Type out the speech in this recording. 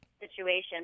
situation